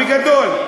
בגדול,